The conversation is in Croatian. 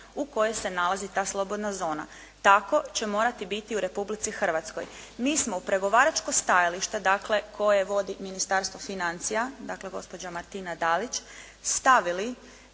u kojoj se nalazi ta slobodna zona. Tako će morati biti u Republici Hrvatskoj. Mi smo u pregovaračko stajalište dakle koji vodi Ministarstvo financija, dakle gospođa Martina Dalić, stavili